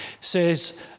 says